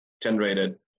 generated